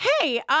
Hey